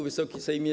Wysoki Sejmie!